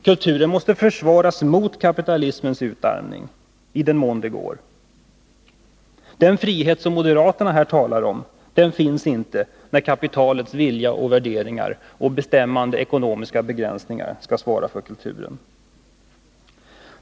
Kulturen måste försvaras mot den utarmning kapitalismen åstadkommer — i den mån det går. Den frihet som moderaterna här talar om finns inte när kapitalets vilja och värderingar och bestämmande ekonomiska begränsningar skall svara för kulturen.